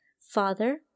Father